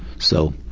so